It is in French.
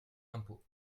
impôts